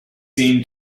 seem